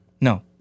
No